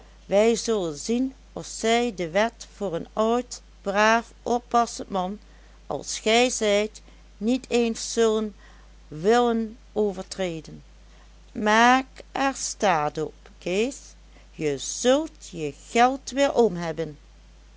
wij zullen zien of zij de wet voor een oud braaf oppassend man als gij zijt niet eens zullen willen overtreden maak er staat op kees je zult je geld weerom hebben